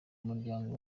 umuryango